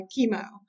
chemo